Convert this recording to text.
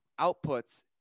outputs